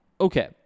Okay